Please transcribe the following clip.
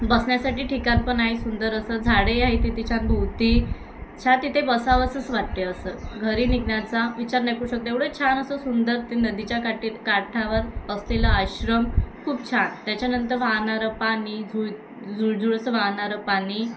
बसण्यासाठी ठिकाण पण आहे सुंदर असं झाडे आहे तिथे छान भोवती छान तिथे बसावसंच वाटते असं घरी निघण्याचा विचार नाही करू शकता एवढं छान असं सुंदर ते नदीच्या काठी काठावर असलेलं आश्रम खूप छान त्याच्यानंतर वाहणारं पाणी झुळ झुळझुळ असं वाहणारं पाणी